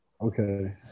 Okay